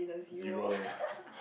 zero